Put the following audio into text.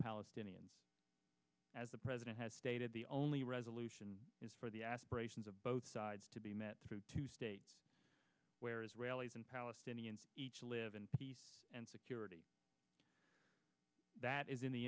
palestinians as the president has stated the only resolution is for the aspirations of both sides to be met through two states where israelis and palestinians each live in peace and security that is in the